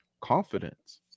confidence